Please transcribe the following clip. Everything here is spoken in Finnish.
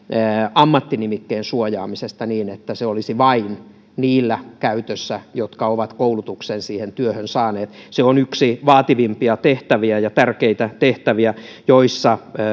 ammattinimikkeen suojaamisesta niin että se olisi käytössä vain niillä jotka ovat koulutuksen siihen työhön saaneet se on yksi vaativimpia tehtäviä ja tärkeitä tehtäviä joissa